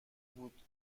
بود